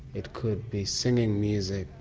it could be singing music,